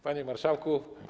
Panie Marszałku!